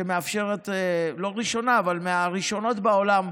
לא ראשונה אבל מהראשונות בעולם,